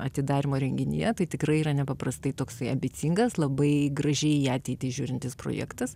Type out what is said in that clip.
atidarymo renginyje tai tikrai yra nepaprastai toksai ambicingas labai gražiai į ateitį žiūrintis projektas